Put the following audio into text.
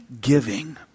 giving